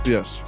Yes